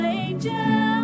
angel